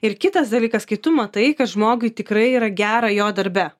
ir kitas dalykas kai tu matai kad žmogui tikrai yra gera jo darbe